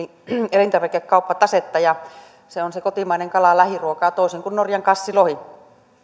elintarvikekauppatasetta se on se kotimainen kala lähiruokaa toisin kuin norjan kassilohi